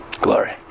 Glory